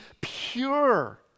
pure